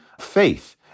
faith